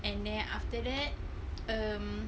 and then after that um